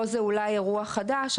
זה ראש עיר וזה שרצה להיות ראש עיר.